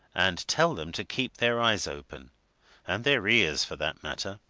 and tell them to keep their eyes open and their ears, for that matter